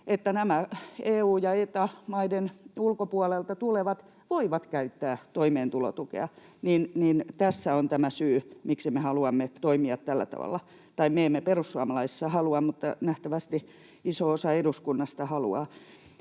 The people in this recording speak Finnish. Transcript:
nämä EU- ja Eta-maiden ulkopuolelta tulevat voivat käyttää toimeentulotukea, niin tässä on tämä syy, miksi me haluamme toimia tällä tavalla — tai me emme perussuomalaisissa halua, mutta nähtävästi iso osa eduskunnasta haluaa.